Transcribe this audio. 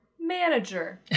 Manager